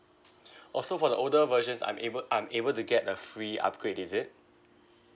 orh so for the older versions I'm able I'm able to get a free upgrade is it